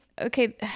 okay